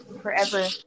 forever